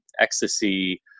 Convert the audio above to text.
ecstasy